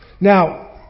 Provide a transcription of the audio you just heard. Now